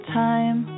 time